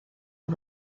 nhw